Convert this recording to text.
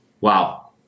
wow